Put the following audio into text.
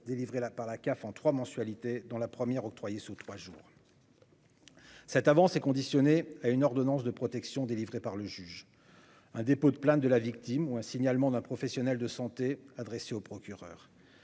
délivré par la CAF en trois mensualités, dont la première débloquée sous trois jours. Cette avance est subordonnée à une ordonnance de protection délivrée par le juge, un dépôt de plainte de la victime ou un signalement d'un professionnel de santé adressé au procureur.